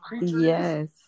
Yes